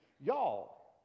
Y'all